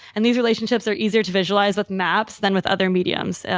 and these relationships are easier to visualize with maps than with other mediums,